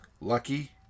Lucky